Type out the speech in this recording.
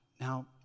Now